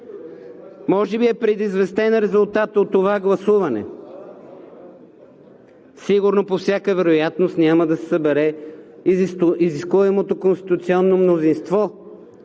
Може би е предизвестен резултатът от това гласуване. Сигурно, по всяка вероятност, няма да се събере изискуемото конституционно мнозинство,